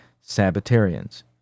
Sabbatarians